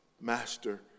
Master